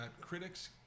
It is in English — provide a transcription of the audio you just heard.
critics